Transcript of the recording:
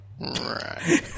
Right